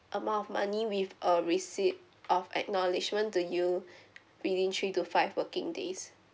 amount of money with a receipt of acknowledgement to you within three to five working days